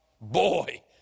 Boy